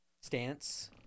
stance